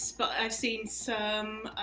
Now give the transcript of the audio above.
but i've seen some